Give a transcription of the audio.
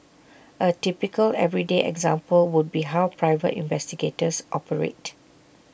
A typical everyday example would be how private investigators operate